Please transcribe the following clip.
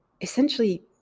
essentially